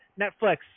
Netflix